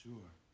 Sure